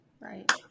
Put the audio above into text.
Right